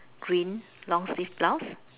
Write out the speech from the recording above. green long sleeve blouse